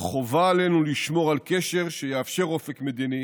אך חובה עלינו לשמור על קשר שיאפשר אופק מדיני,